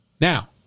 Now